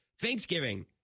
thanksgiving